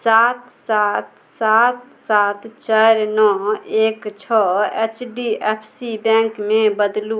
सात सात सात सात चारि नओ एक छओ एच डी एफ सी बैंकमे बदलू